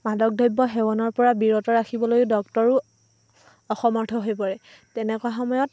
মাদক দ্ৰব্য সেৱনৰ পৰা বিৰত ৰাখিবলৈ ডক্টৰেও অসমৰ্থ হৈ পৰে তেনেকুৱা সময়ত